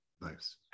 nice